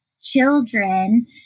children